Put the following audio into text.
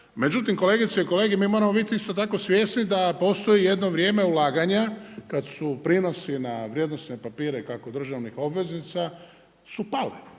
Međutim kolegice i kolege, mi moramo biti isto tako svjesni da postoji jedno vrijeme ulaganja kada su prinosi na vrijednosne papire, kako državnih obveznica su pale